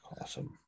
Awesome